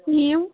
نِیِو